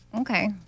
Okay